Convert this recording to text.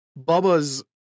Bubba's